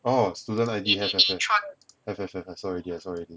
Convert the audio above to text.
orh student I_D have have have have have have I saw already I saw already